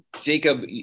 Jacob